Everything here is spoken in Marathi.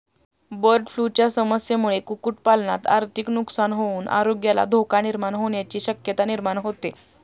बर्डफ्लूच्या समस्येमुळे कुक्कुटपालनात आर्थिक नुकसान होऊन आरोग्याला धोका निर्माण होण्याची शक्यता निर्माण होते